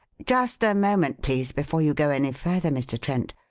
just a moment, please, before you go any further, mr. trent.